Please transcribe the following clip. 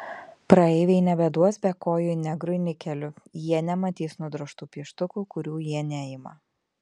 praeiviai nebeduos bekojui negrui nikelių jie nematys nudrožtų pieštukų kurių jie neima